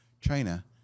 china